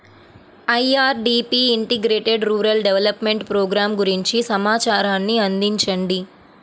IRDP integrated rural development programme గురించి సమాచారాన్ని అందించండి?